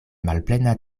malplena